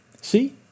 See